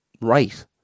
right